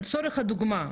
לצורך הדוגמה,